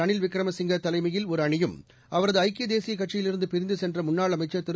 ரனில் விக்கிமசிங்கே தலைமையில் ஒரு அணியும் அவரது ஐக்கிய தேசிய கட்சியிலிருந்து பிரிந்து சென்ற முன்னாள் அமைச்சர் திரு